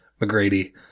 McGrady